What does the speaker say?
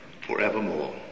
forevermore